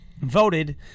voted